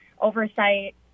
oversight